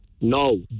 no